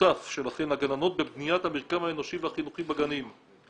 שותף שלכן הגננות בבניית המרקם האנושי והחינוכי בגנים.